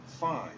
fine